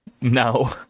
No